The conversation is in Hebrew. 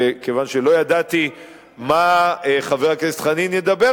כיוון שלא ידעתי על מה חבר הכנסת חנין ידבר,